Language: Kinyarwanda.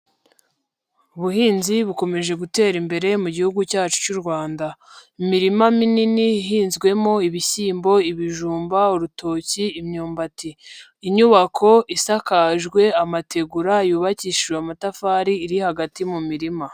Ubuhinzi bukomeje gutera imbere mu gihugu cyacu cy'u Rwanda, imirima minini ihinzwemo ibishyimbo, ibijumba, urutoki, imyumbati, inyubako isakajwe amategura yubakishijwe amatafari iri hagati mu mirima.